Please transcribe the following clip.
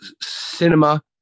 cinema